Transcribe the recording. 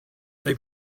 they